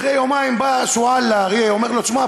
אחרי יומיים בא השועל לאריה אומר לו: תשמע,